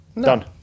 Done